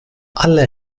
alle